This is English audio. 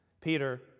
Peter